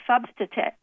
substitute